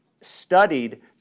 studied